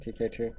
TK2